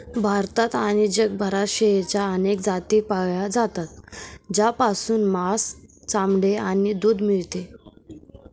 भारतात आणि जगभरात शेळ्यांच्या अनेक जाती पाळल्या जातात, ज्यापासून मांस, चामडे आणि दूध मिळते